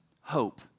hope